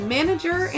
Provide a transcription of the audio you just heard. Manager